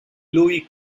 louis